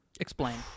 Explain